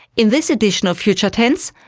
in this edition of future tense,